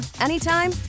anytime